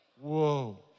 Whoa